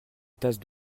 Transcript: tasses